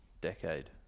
decade